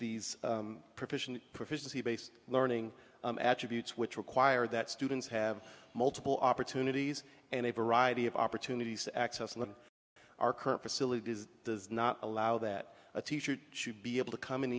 proficient proficiency based learning attributes which require that students have multiple opportunities and a variety of opportunities access and our current facilities does not allow that a teacher should be able to come in